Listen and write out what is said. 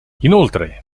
inoltre